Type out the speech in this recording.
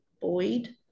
Boyd